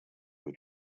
your